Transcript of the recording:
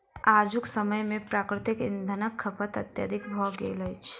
आजुक समय मे प्राकृतिक इंधनक खपत अत्यधिक भ गेल अछि